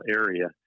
area